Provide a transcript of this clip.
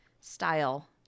style